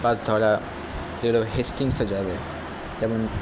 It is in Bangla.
বাস ধরা যেরকম হেস্টিংসে যাবে যেমন